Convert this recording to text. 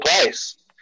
place